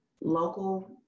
local